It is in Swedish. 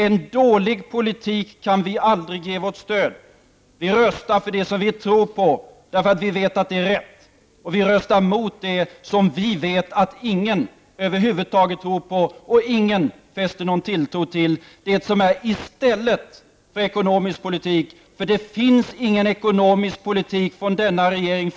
Vi kan aldrig ge vårt stöd för en dålig politik. Vi röstar för det som vi tror på, eftersom vi vet att det är rätt. Vi röstar emot det som vi vet att ingen över huvud taget tror på och det som ingen fäster någon tilltro till, nämligen det som är i stället för ekonomisk politik. Det finns fortfarande ingen ekonomisk politik från denna regering.